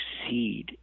succeed